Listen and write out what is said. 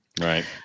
Right